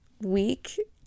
week